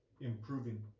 improving